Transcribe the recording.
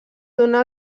donà